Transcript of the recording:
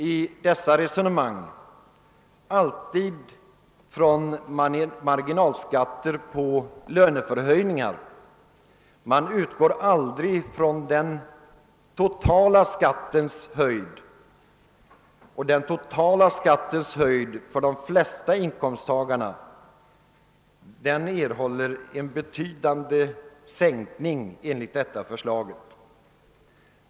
I dessa resonemang utgår man alltid från skatten på löneförhöjningar men utgår aldrig från den totala skattens höjd. De flesta inkomsttagarna erhåller ändå en betydande sänkning enligt detta förslag.